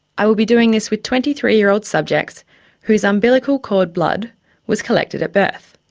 i will be doing this with twenty three-year-old subjects whose umbilical cord blood was collected at birth.